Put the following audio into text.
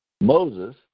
Moses